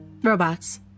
Robots